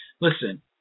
listen